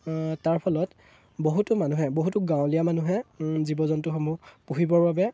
তাৰ ফলত বহুতো মানুহে বহুতো গাঁৱলীয়া মানুহে জীৱ জন্তুসমূহ পুহিবৰ বাবে